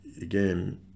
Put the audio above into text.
again